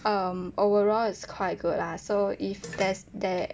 um overall is quite good lah so if there's that